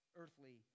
earthly